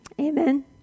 Amen